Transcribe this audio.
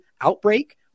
outbreak